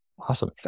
Awesome